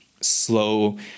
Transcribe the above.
slow